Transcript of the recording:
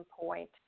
point